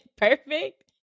Perfect